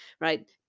right